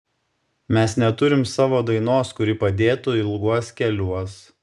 mes neturim savo dainos kuri padėtų ilguos keliuos